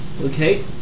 Okay